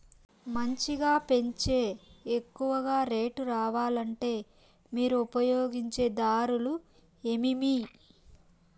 మంచిగా పెంచే ఎక్కువగా రేటు రావాలంటే మీరు ఉపయోగించే దారులు ఎమిమీ?